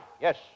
Yes